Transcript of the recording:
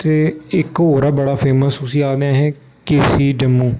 ते इक होर ऐ बड़ा फेमस उसी आखने अहें के सी जम्मू